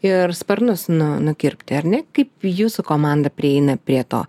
ir sparnus nu nukirpti ar ne kaip jūsų komanda prieina prie to